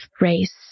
race